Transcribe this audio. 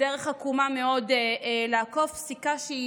זאת דרך עקומה מאוד לעקוף פסיקה שהיא